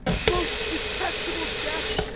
most detestable death,